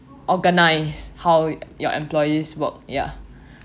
organize how your employees work ya